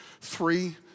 three